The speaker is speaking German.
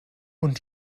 und